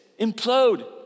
implode